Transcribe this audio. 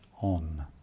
on